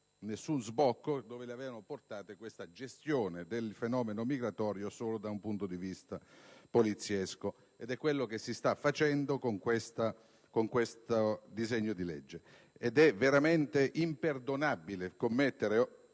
nessuno sbocco dove li aveva portati una gestione del fenomeno migratorio solo poliziesca, cioè quello che si sta facendo con questo disegno di legge. È veramente imperdonabile commettere